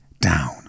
down